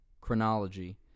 chronology